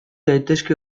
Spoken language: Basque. daitezke